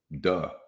duh